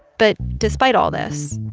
but despite all this,